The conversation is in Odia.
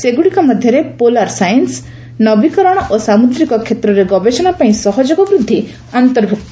ସେଗୁଡ଼ିକ ମଧ୍ୟରେ ପୋଲାର ସାଇନ୍ସ ନବୀକରଣ ଓ ସାମୁଦ୍ରିକ କ୍ଷେତ୍ରରେ ଗବେଷଣା ପାଇଁ ସହଯୋଗ ବୃଦ୍ଧି ଅନ୍ତର୍ଭ୍ନକ୍ତ